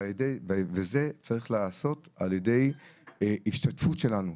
וזה צריך להיעשות על ידי השתתפות שלנו.